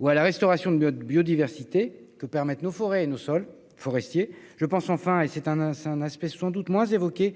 ou à la restauration de notre biodiversité que permettent nos forêts et leurs sols. Je pense aussi, et c'est un aspect sans doute moins évoqué,